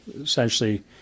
essentially